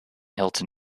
hilton